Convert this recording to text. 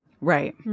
Right